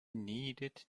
needed